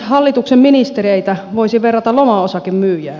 hallituksen ministereitä voisi verrata lomaosakemyyjään